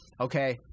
okay